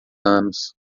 anos